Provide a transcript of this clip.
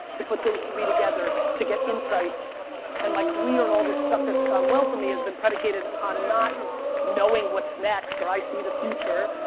to put those three together to get insights and my career and all this stuff that's gone well for me has been predicated on not knowing what's next or i see the future.